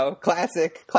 classic